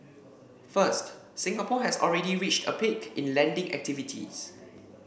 first Singapore has already reached a peak in lending activities